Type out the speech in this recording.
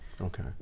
Okay